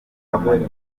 kamonyi